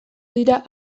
dira